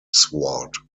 sword